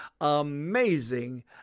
amazing